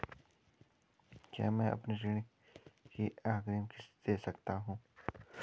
क्या मैं अपनी ऋण की अग्रिम किश्त दें सकता हूँ?